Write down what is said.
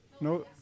No